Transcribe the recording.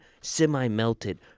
semi-melted